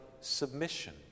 submission